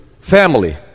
family